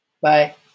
Bye